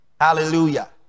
Hallelujah